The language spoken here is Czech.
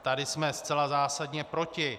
Tady jsme zcela zásadně proti.